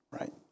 right